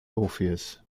orpheus